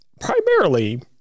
Primarily